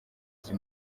izi